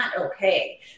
okay